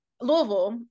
louisville